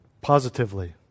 positively